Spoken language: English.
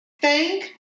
thank